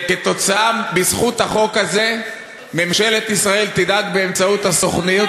שבזכות החוק הזה ממשלת ישראל תדאג באמצעות הסוכנות